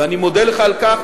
ואני מודה לך על כך,